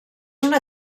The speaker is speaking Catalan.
una